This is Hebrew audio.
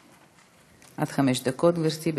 עד חמש דקות גברתי.